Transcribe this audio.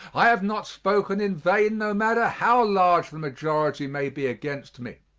i have not spoken in vain no matter how large the majority may be against me.